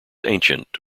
ancient